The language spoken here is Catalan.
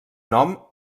nom